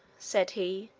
said he,